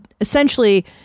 essentially